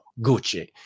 gucci